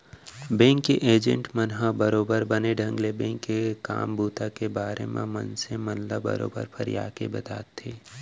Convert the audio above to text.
bank के agent मन ह बरोबर बने ढंग ले बेंक के काम बूता के बारे म मनसे मन ल बरोबर फरियाके बताथे